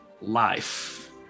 life